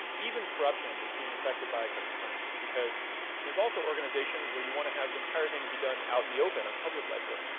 um even corruption is being affected by cryptocurrency because there's also organizations where you wanna have the entire thing be done out in the open, on public ledger.